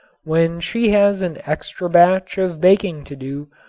when she has an extra batch of baking to do,